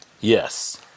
Yes